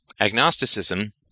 Agnosticism